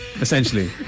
essentially